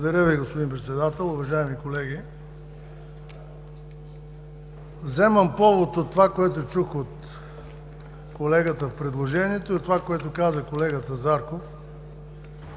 Благодаря Ви, господин Председател. Уважаеми колеги, взимам повод от това, което чух от колегата в предложението, и от това, което каза колегата Зарков,